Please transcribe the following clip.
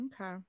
okay